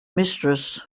mistress